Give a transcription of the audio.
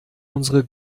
unsere